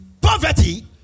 Poverty